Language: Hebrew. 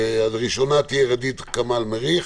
הראשונה תהיה ע'דיר כמאל מריח,